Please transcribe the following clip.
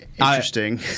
Interesting